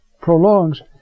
prolongs